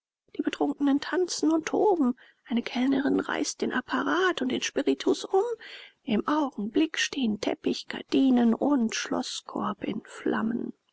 die betrunkenen tanzen und toben eine kellnerin reißt den apparat und den spiritus um im augenblick stehen teppich gardinen und schloßkorb in flammen